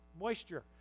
moisture